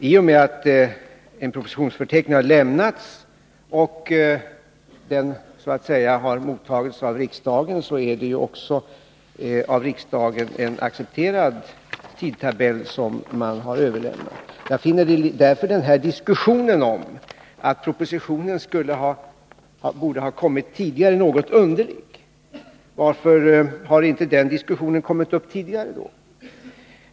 I och med att en propositionsförteckning har lämnats och så att säga mottagits av riksdagen är den också en av riksdagen accepterad tidtabell. Jag finner därför diskussionen om att propositionen borde ha kommit tidigare något underlig. Varför har inte den diskussionen kommit upp tidigare?